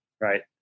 Right